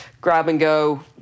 grab-and-go